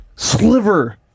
Sliver